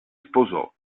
sposò